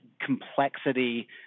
complexity